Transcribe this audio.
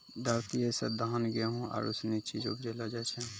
धरतीये से धान, गेहूं आरु सनी चीज उपजैलो जाय छै